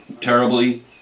terribly